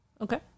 Okay